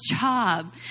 job